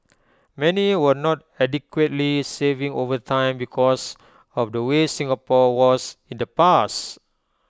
many were not adequately saving over time because of the way Singapore was in the past